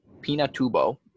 Pinatubo